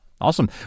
Awesome